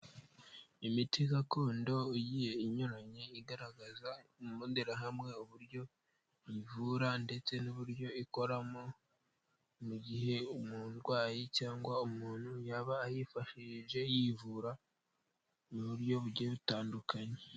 Imiti gakondo igiye inyuranye igaragaza imbonerahamwe uburyo ivura ndetse n'uburyo ikoramo, mu gihe umurwayi cyangwa umuntu yaba ayifashishije yivura mu buryo bugiye butandukanye.